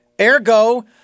ergo